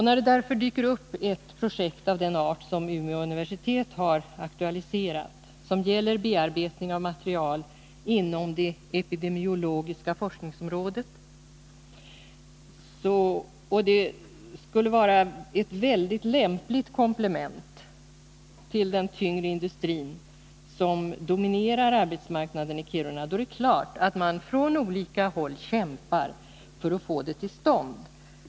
När det då dyker upp ett projekt av den art som Umeå universitet har aktualiserat — det gäller bearbetning av material inom det epidemiologiska forskningsområdet, vilket skulle vara ett lämpligt komplement till den tyngre industrin som dominerar arbetsmarknaden i Kiruna — är det klart att man från olika håll kämpar för att få det till stånd.